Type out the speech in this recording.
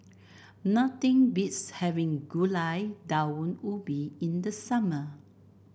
nothing beats having Gulai Daun Ubi in the summer